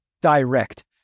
Direct